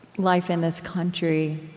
life in this country,